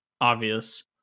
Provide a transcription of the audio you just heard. obvious